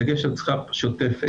בדגש על צריכה שוטפת,